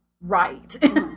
Right